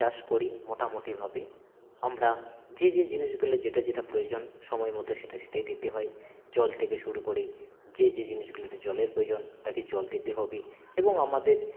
চাষ করি মোটামুটিভাবে আমরা যে যে জিনিসগুলি যেটা যেটা প্রয়োজন সময় মতো সেটা সেটাই দিতে হয় জল থেকে শুরু করে যে যে জিনিসগুলিতে জলের প্রয়োজন তাকে জল দিতে হবে এবং আমাদের